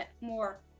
more